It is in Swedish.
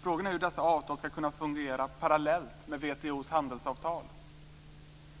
Frågan är hur dessa avtal ska kunna fungera parallellt med WTO:s handelsavtal.